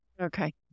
Okay